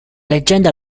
leggenda